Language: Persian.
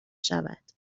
شود